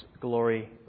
glory